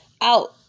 out